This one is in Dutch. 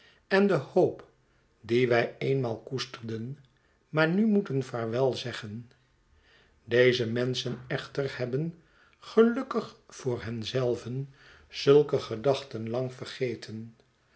en de hoop die wij eenmaai koesterden maar nu moeten vaarwelzeggen deze menschen echter hebben gelukkig voor hen zelven zulke gedachten lang vergeten